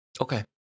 Okay